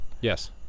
Yes